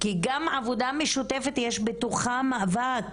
כי גם עבודה משותפת יש בתוכה מאבק,